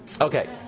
Okay